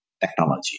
technology